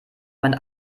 mein